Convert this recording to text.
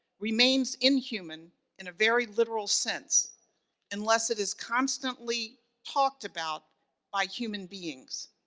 remains inhuman in a very literal sense unless it is constantly talked about by human beings.